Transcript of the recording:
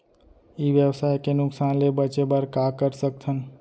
ई व्यवसाय के नुक़सान ले बचे बर का कर सकथन?